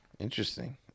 Interesting